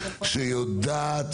שיודעת